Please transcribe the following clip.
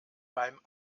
beim